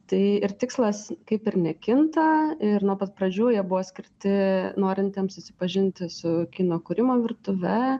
tai ir tikslas kaip ir nekinta ir nuo pat pradžių jie buvo skirti norintiems susipažinti su kino kūrimo virtuve